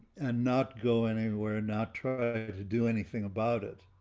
and not go anywhere and not try to do anything about it